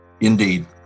Indeed